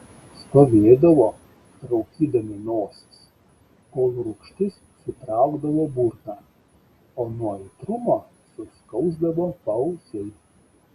stovėdavo raukydami nosis kol rūgštis sutraukdavo burną o nuo aitrumo suskausdavo paausiai